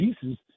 pieces